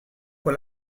con